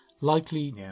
likely